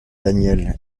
daniel